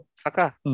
Saka